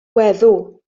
weddw